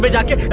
but not get